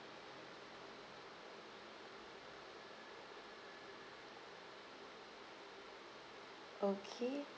okay